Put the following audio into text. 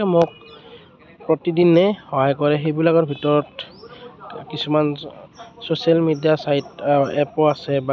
বিভিন্ন ক্ষেত্ৰত সহায় কৰে যদিও কিছুমান নিগেটিভ পইণ্টো তাত পোৱা যায় কাৰণ আজিকালি বহু কিছুমান সস্তীয়া